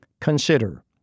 Consider